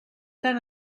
tant